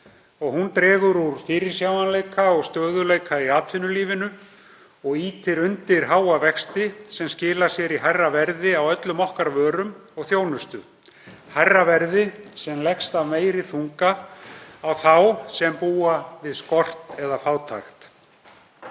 Hún dregur úr fyrirsjáanleika og stöðugleika í atvinnulífinu og ýtir undir háa vexti sem skilar sér í hærra verði á öllum okkar vörum og þjónustu, hærra verði sem leggst af meiri þunga á þá sem búa við skort eða fátækt.